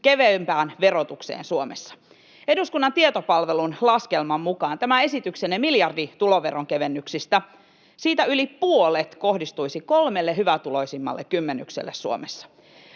kevyempään verotukseen Suomessa. Eduskunnan tietopalvelun laskelman mukaan tästä esityksestänne miljardin tuloveron kevennyksistä yli puolet kohdistuisi kolmelle hyvätuloisimmalle kymmenykselle Suomessa.